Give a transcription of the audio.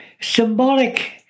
symbolic